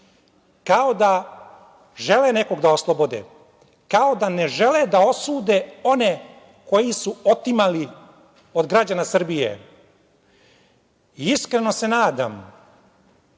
kao da žele nekog da oslobode, kao da ne žele da osude one koji su otimali od građana Srbije. Iskreno se nadam